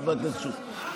חבר הכנסת שוסטר.